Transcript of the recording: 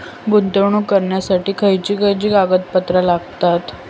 गुंतवणूक करण्यासाठी खयची खयची कागदपत्रा लागतात?